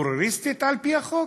טרוריסטית על-פי החוק?